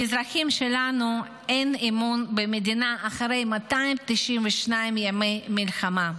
לאזרחים שלנו אין אמון במדינה אחרי 292 ימי מלחמה,